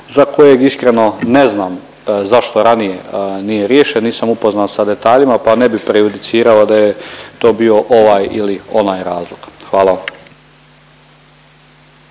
za kojeg iskreno ne znam zašto ranije nije riješen. Nisam upoznat sa detaljima pa ne bi prejudicirao da je to bio ovaj ili onaj razlog. Hvala vam.